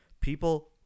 people